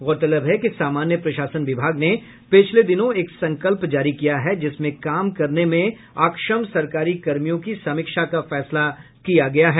गौरतलब है कि सामान्य प्रशासन विभाग ने पिछले दिनों एक संकल्प जारी किया है जिसमें काम करने में अक्षम सरकारी कर्मियों की समीक्षा का फैसला किया गया है